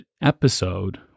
Episode